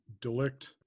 delict